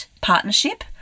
partnership